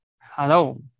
Hello